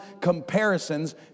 comparisons